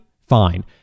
Fine